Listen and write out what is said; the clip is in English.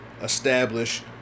establish